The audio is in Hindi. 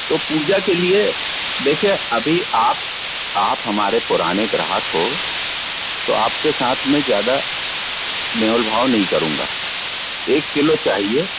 तो पूजा के लिए देखिए अभी आप आप हमारे पुराने ग्राहक हो तो आपके साथ में ज़्यादा मोलभाव नहीं करूंगा एक किलो चाहिए